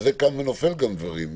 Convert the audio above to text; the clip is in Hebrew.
על זה קמים ונופלים גם דברים,